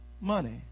money